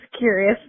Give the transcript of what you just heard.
curious